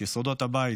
את יסודות הבית,